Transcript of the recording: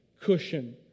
cushion